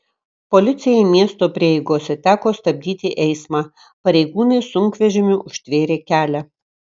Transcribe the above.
policijai miesto prieigose teko stabdyti eismą pareigūnai sunkvežimiu užtvėrė kelią